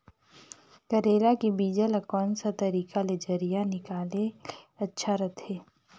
करेला के बीजा ला कोन सा तरीका ले जरिया निकाले ले अच्छा रथे?